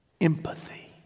empathy